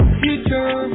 future